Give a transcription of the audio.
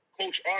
Coach